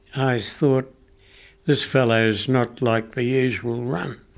i so thought this fellow's not like the usual run.